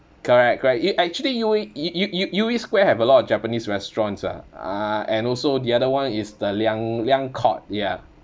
correct correct y~ actually U_E U U U U_E square have a lot of japanese restaurants ah uh and also the other one is the liang liang court ya